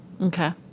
Okay